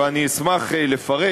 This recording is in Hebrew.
ואני אשמח לפרט,